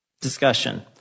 Discussion